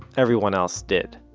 everyone else did.